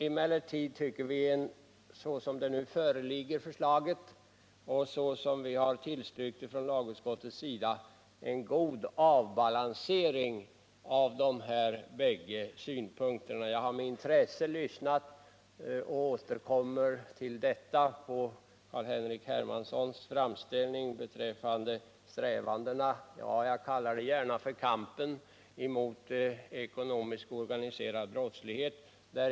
Emellertid tycker vi att förslaget, såsom det nu föreligger efter lagutskottets tillstyrkande, utgör en god avbalansering av dessa bägge synpunkter. Jag har med intresse lyssnat på och återkommer gärna till Carl-Henrik Hermanssons framställning beträffande strävandena — ja, jag kallar det gärna för kampen — mot ekonomisk och organiserad brottslighet.